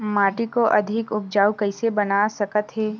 माटी को अधिक उपजाऊ कइसे बना सकत हे?